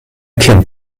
kind